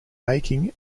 making